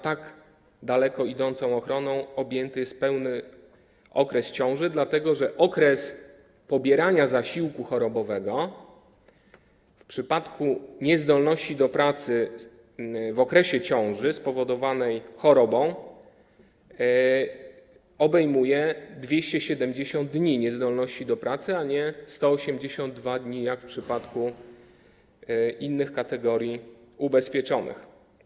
Tak daleko idąca ochrona obejmuje cały okres ciąży, dlatego że okres pobierania zasiłku chorobowego w przypadku niezdolności do pracy w okresie ciąży, która jest spowodowana chorobą, obejmuje 270 dni niezdolności do pracy, a nie 182 dni jak w przypadku innych kategorii ubezpieczonych.